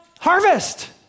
Harvest